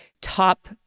top